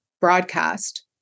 broadcast